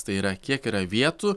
tai yra kiek yra vietų